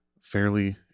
fairly